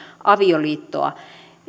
avioliittoa